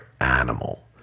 animal